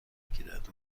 گیرد